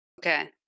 Okay